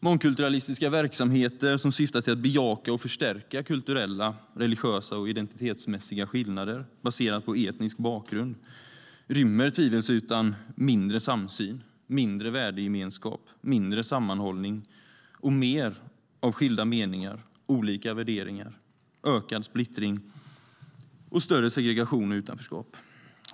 Mångkulturalistiska verksamheter som syftar till att bejaka och förstärka kulturella, religiösa och identitetsmässiga skillnader baserat på etnisk bakgrund rymmer tvivelsutan mindre samsyn, mindre värdegemenskap, mindre sammanhållning och mer av skilda meningar, olika värderingar, ökad splittring och större segregation och utanförskap.